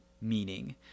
meaning